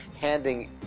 handing